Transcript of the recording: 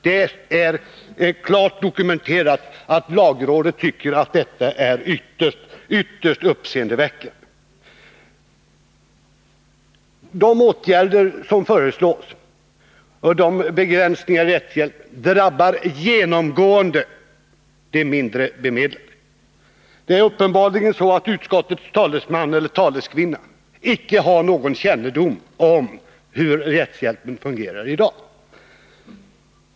Det är klart dokumenterat att lagrådet tycker att detta är ytterst uppseendeväckande. De åtgärder och begränsningar av rättshjälpen som föreslås drabbar genomgående de mindre bemedlade. Utskottets talesman — eller taleskvinna — har uppenbarligen inte någon kännedom om hur rättshjälpen fungerar i dag.